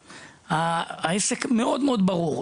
העסק מאוד-מאוד ברור,